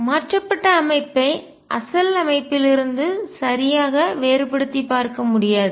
மாற்றப்பட்ட அமைப்பை அசல் அமைப்பிலிருந்து சரியாக வேறுபடுத்திப் பார்க்க முடியாது